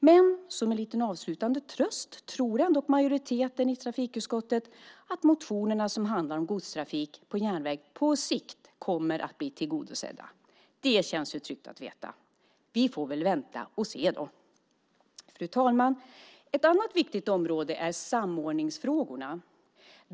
Men som en liten avslutande tröst tror ändå majoriteten i trafikutskottet att motionerna som handlar om godstrafik på järnväg på sikt kommer att bli tillgodosedda. Det känns ju tryggt att veta. Vi får väl vänta och se då. Fru talman! Ett annat viktigt område är samordningsfrågorna.